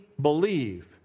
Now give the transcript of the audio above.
believe